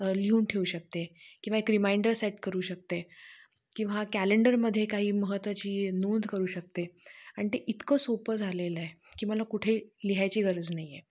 लिहून ठेवू शकते किंवा एक रिमाइंडर सेट करू शकते किंवा कॅलेंडरमध्ये काही महत्त्वाची नोंद करू शकते आणि ते इतकं सोपं झालेलं आहे की मला कुठे लिहायची गरज नाही आहे